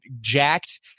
jacked